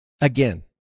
again